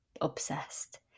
obsessed